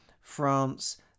France